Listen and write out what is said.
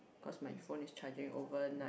cause my phone is charging overnight